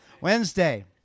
Wednesday